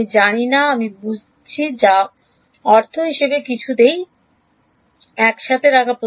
আমি জানি না আমি যা বুঝেছি তার অর্থ সবকিছুই একসাথে রাখা